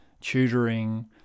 tutoring